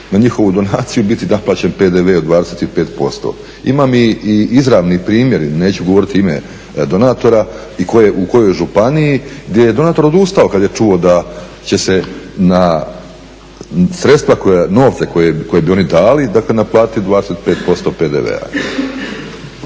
na njihovu donaciju biti naplaćen PDV od 25%. Imam i izravni primjer, neću govoriti ime donatora i u kojoj županiji, gdje je donator odustao kad je čuo da će se na, sredstva koja, novce koje bi oni dali, dakle naplatiti 25% PDV-a.